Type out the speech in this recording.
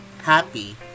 happy